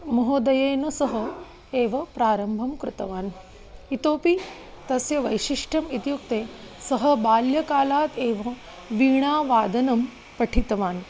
महोदयेन सह एव प्रारम्भं कृतवान् इतोऽपि तस्य वैशिष्ट्यम् इत्युक्ते सः बाल्यकालात् एव वीणावादनं पठितवान्